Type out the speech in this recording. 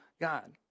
God